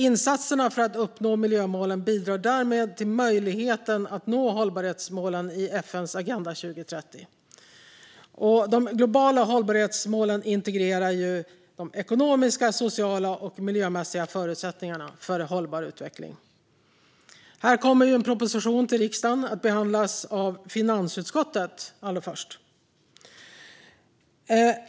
Insatserna för att uppnå miljömålen bidrar därmed till möjligheten att nå hållbarhetsmålen i FN:s Agenda 2030. De globala hållbarhetsmålen integrerar de ekonomiska, sociala och miljömässiga förutsättningarna för en hållbar utveckling. Här kommer en proposition till riksdagen att behandlas av finansutskottet allra först.